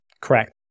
Correct